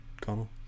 Connell